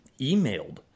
emailed